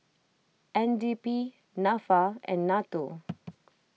N D P Nafa and Nato